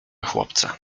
chłopca